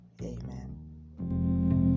Amen